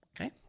Okay